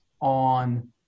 on